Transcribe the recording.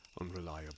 Unreliable